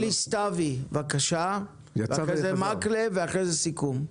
אלי סתוי, בבקשה, אחרי זה מקלב ואחרי זה סיכום.